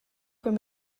quei